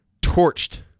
torched